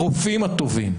הרופאים הטובים,